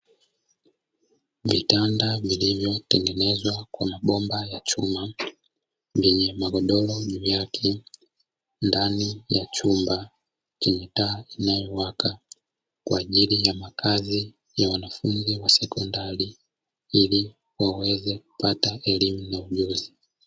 Vitanda vilivyotengenezwa kwa mabomba ya chuma vyenye magodoro juu yake, ndani ya chumba chenye taa inayowaka kwa ajili ya makazi ya wanafunzi wa sekondari, ili waweze kupata elimu na ujuzi.